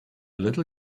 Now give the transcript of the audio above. little